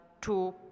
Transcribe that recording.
two